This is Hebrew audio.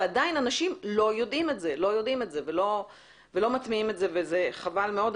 ועדיין אנשים לא יודעים את זה ולא מטמיעים את זה וזה חבל מאוד.